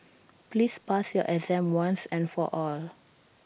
please pass your exam once and for all